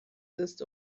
ist